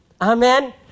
Amen